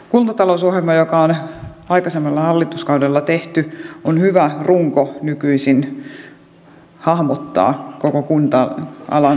kuntatalousohjelma joka on aikaisemmalla hallituskaudella tehty on hyvä runko nykyisin hahmottaa koko kunta alan haasteellista taloustilannetta